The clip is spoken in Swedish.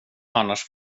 annars